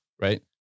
right